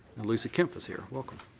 and lucy kempf is here, welcome.